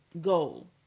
goal